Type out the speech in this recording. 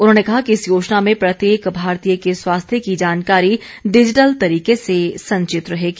उन्होंने कहा कि इस योजना में प्रत्येक भारतीय के स्वास्थ्य की जानकारी डिजिटल तरीके से संवित रहेगी